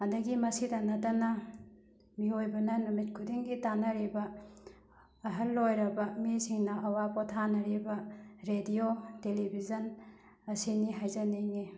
ꯑꯗꯒꯤ ꯃꯁꯤꯗ ꯅꯠꯇꯅ ꯃꯤꯑꯣꯏꯕꯅ ꯅꯨꯃꯤꯠ ꯈꯨꯗꯤꯡꯒꯤ ꯇꯥꯅꯔꯤꯕ ꯑꯍꯟ ꯑꯣꯏꯔꯕ ꯃꯤꯁꯤꯡꯅ ꯑꯋꯥ ꯄꯣꯊꯥꯅꯔꯤꯕ ꯔꯦꯗꯤꯑꯣ ꯇꯦꯂꯤꯕꯤꯖꯟ ꯑꯁꯤꯅꯤ ꯍꯥꯏꯖꯅꯤꯡꯏ